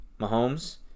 Mahomes